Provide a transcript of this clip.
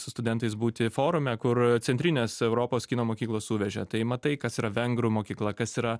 su studentais būti forume kur centrinės europos kino mokyklos suvežė tai matai kas yra vengrų mokykla kas yra